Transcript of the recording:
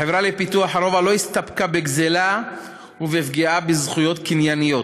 החברה לפיתוח הרובע לא הסתפקה בגזלה ובפגיעה בזכויות קנייניות,